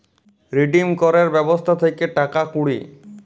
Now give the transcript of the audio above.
redeem ক্যরের ব্যবস্থা থাক্যে টাকা কুড়ি